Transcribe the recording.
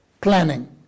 planning